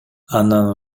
анан